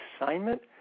assignment